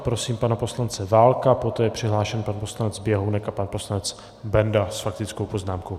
Prosím pana poslance Válka, poté je přihlášen pan poslanec Běhounek a pan poslanec Benda s faktickou poznámkou.